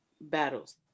battles